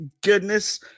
goodness